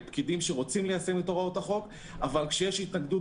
אנחנו פקידים שרוצים ליישם את הוראות החוק אבל כשיש התנגדות